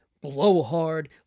blowhard